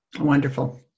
Wonderful